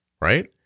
Right